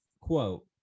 quote